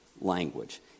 language